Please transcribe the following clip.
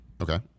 Okay